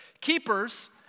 keepers